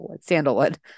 Sandalwood